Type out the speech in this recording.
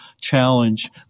challenge